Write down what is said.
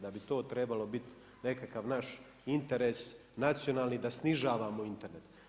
Da bi to trebalo biti nekakav naš interes, nacionalni da snižavamo Internet.